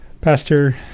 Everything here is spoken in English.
Pastor